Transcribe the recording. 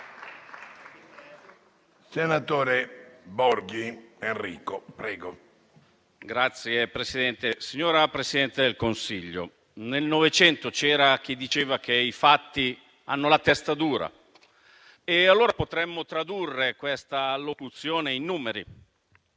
finestra") *(Az-IV-RE)*. Signor Presidente, signora Presidente del Consiglio, nel Novecento c'era chi diceva che i fatti hanno la testa dura. Allora potremmo tradurre questa allocuzione in numeri.